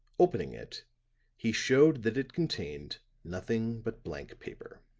opening it he showed that it contained nothing but blank paper.